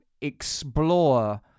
explore